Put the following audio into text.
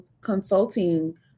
consulting